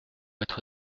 être